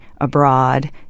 abroad